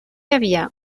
havia